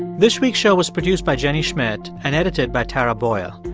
this week's show was produced by jenny schmidt and edited by tara boyle.